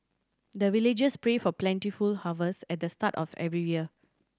the villagers pray for plentiful harvest at the start of every year